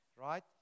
right